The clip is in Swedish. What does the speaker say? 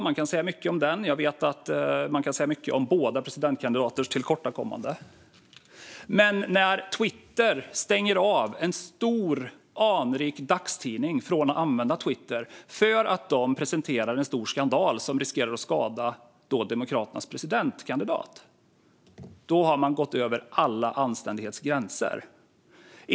Man kan säga mycket om valrörelsen och om båda presidentkandidaternas tillkortakommanden, men när Twitter stänger av en stor, anrik dagstidning för att den presenterar en stor skandal som riskerar att skada demokraternas presidentkandidat menar jag att man har gått över alla anständighetens gränser.